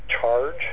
charge